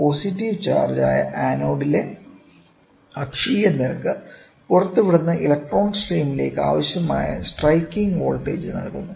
positive charge ആയ ആനോഡിലെ അക്ഷീയ നിരക്ക് പുറത്തുവിടുന്ന ഇലക്ട്രോൺ സ്ട്രീമിലേക്ക് ആവശ്യമായ സ്ട്രൈക്കിംഗ് വോൾട്ടേജ് നൽകുന്നു